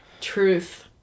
Truth